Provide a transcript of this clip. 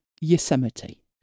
Yosemite